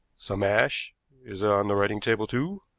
some ash is on the writing-table, too.